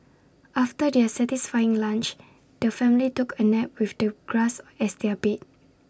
after their satisfying lunch the family took A nap with the grass as their bed